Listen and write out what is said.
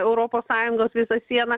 europos sąjungos visą sieną